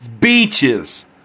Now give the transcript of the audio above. Beaches